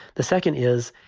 the second is,